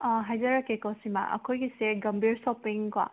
ꯍꯥꯏꯖꯔꯛꯀꯦꯀꯣ ꯁꯤꯃ ꯑꯩꯈꯣꯏꯒꯤꯁꯦ ꯒꯝꯕꯤꯔ ꯁꯣꯞꯄꯤꯡꯀꯣ